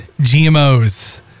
GMOs